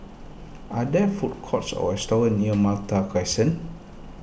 are there food courts or restaurants near Malta Crescent